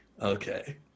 Okay